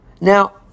Now